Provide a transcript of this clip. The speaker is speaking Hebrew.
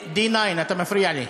,D9 אתה מפריע לי,